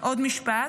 עוד משפט,